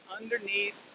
underneath